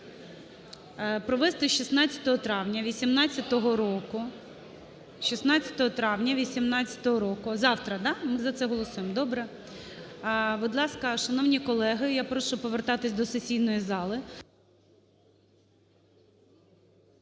Провести 16 травня 2018 року… Завтра, да, ми за це голосуємо? Добре. Будь ласка, шановні колеги, я прошу повертатись до сесійної зали.